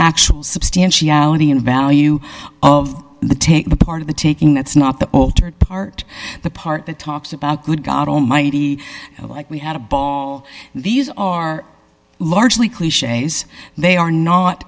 actual substantiality in value of the take the part of the taking that's not the part the part that talks about good god almighty like we had a ball these are largely cliches they are